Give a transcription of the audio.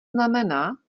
znamená